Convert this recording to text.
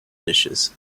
dishes